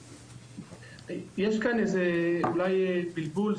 יש כאן איזה אולי בלבול,